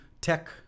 tech